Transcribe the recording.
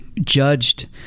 judged